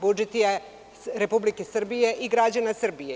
Budžet je Republike Srbije i građana Srbije.